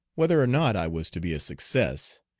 whether or not i was to be a success,